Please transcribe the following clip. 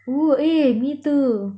oo eh me too